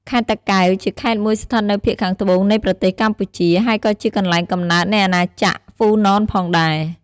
ខេត្តតាកែវជាខេត្តមួយស្ថិតនៅភាគខាងត្បូងនៃប្រទេសកម្ពុជា ហើយក៏ជាកន្លែងកំណើតនៃអាណាចក្រហ្វូណនផងដែរ។